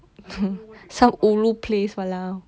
some ulu place !walao!